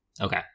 okay